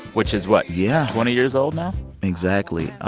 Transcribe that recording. which is what? yeah twenty years old now exactly.